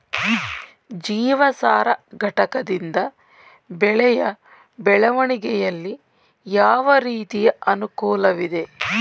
ಜೀವಸಾರ ಘಟಕದಿಂದ ಬೆಳೆಯ ಬೆಳವಣಿಗೆಯಲ್ಲಿ ಯಾವ ರೀತಿಯ ಅನುಕೂಲವಿದೆ?